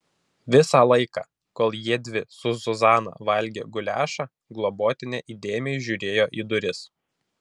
visą laiką kol jiedvi su zuzana valgė guliašą globotinė įdėmiai žiūrėjo į duris